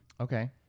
Okay